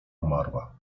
umarła